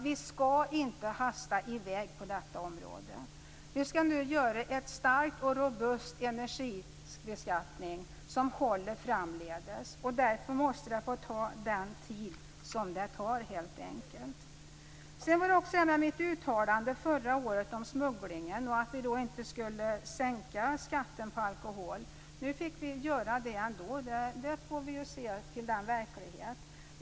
Vi skall inte hasta i väg på detta område. Vi skall nu göra en stark och robust energibeskattning som håller framdeles. Därför måste det helt enkelt få ta den tid det tar. Sedan berördes också mitt uttalande förra året om smugglingen och att vi då inte skulle sänka skatten på alkohol. Nu fick vi göra det ändå. Vi får se till den verklighet som råder.